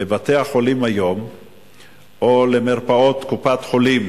לבתי-החולים היום או למרפאות קופת-חולים